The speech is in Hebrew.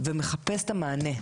ומחפש את המענה.